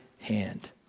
hand